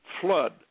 flood